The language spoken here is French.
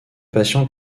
passion